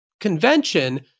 convention